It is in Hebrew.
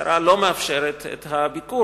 המשטרה לא מאפשרת את הביקור.